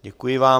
Děkuji vám.